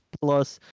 plus